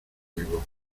vivos